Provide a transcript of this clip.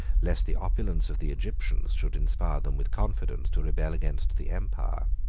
lest the opulence of the egyptians should inspire them with confidence to rebel against the empire.